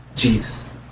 Jesus